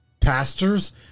pastors